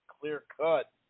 clear-cut